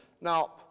Now